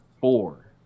four